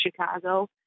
Chicago